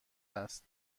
است